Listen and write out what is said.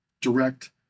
direct